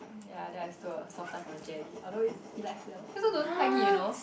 ya then I stole a soft toy from Jerry although he likes it a lot he also don't hug it you know